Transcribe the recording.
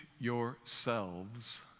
yourselves